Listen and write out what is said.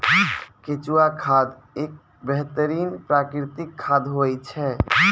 केंचुआ खाद एक बेहतरीन प्राकृतिक खाद होय छै